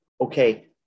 okay